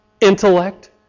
intellect